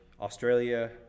Australia